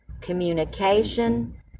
communication